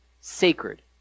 sacred